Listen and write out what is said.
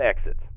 exits